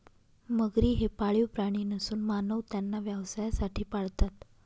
मगरी हे पाळीव प्राणी नसून मानव त्यांना व्यवसायासाठी पाळतात